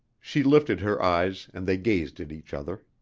she lifted her eyes and they gazed at each other.